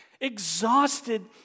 exhausted